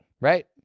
right